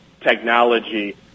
technology